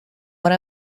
one